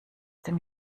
dem